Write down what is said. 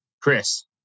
Chris